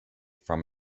from